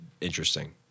interesting